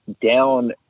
down